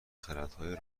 خردهای